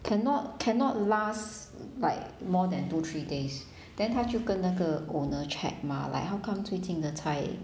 cannot cannot last like more than two three days then 她就跟那个 owner check mah like how come 最近的菜